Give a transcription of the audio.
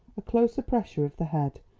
a closer pressure of the head,